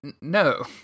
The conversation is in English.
no